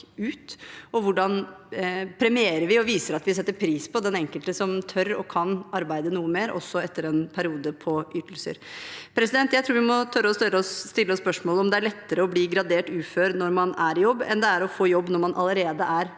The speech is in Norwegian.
hvordan premierer og viser vi at vi setter pris på den enkelte som tør og kan arbeide noe mer, også etter en periode på ytelser? Jeg tror vi må tørre å stille oss spørsmål om hvorvidt det er lettere å bli gradert ufør når man er i jobb, enn det er å få jobb når man allerede er ufør.